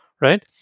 Right